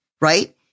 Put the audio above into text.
right